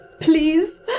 please